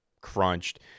crunched